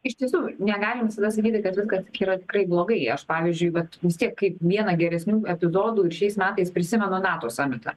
iš tiesų negalim visada sakyti kad viskas tik yra tikrai blogai aš pavyzdžiui vat vis tiek kaip vieną geresnių epizodų ir šiais metais prisimenu nato samitą